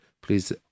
please